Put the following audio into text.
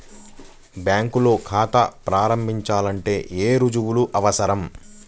బ్యాంకులో ఖాతా ప్రారంభించాలంటే ఏ రుజువులు అవసరం?